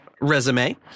resume